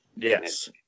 Yes